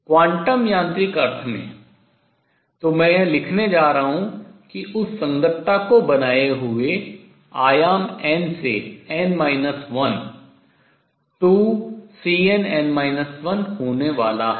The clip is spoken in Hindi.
क्वांटम यांत्रिक अर्थ में तो मैं यह लिखने जा रहा हूँ कि उस संगतता को बनाते हुए आयाम n से n 1 2Cnn 1 होने वाला है